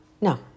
no